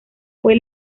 fue